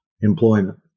employment